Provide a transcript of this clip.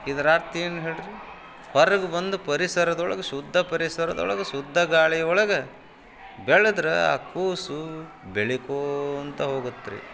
ಇದರ ಅರ್ಥ ಏನು ಹೇಳಿರಿ ಹೊರಗೆ ಬಂದು ಪರಿಸರದೊಳಗೆ ಶುದ್ಧ ಪರಿಸರದೊಳಗೆ ಶುದ್ಧ ಗಾಳಿ ಒಳಗೆ ಬೆಳದ್ರೆ ಆ ಕೂಸು ಬೆಳಿಕೋಂತ ಹೋಗತ್ತೆ ರಿ